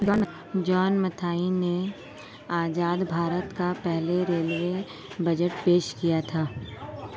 John Mathai ने आजाद भारत का पहला रेलवे बजट पेश किया था